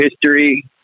history